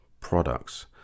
products